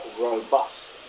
robust